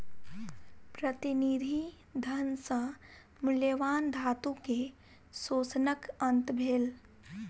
प्रतिनिधि धन सॅ मूल्यवान धातु के शोषणक अंत भेल